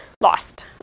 lost